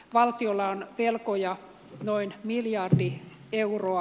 valtiolla on velkoja noin miljardi euroa